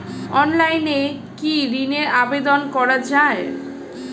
অনলাইনে কি ঋনের আবেদন করা যায়?